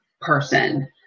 person